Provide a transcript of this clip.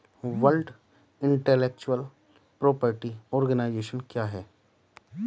World intellectual property organisation क्या है?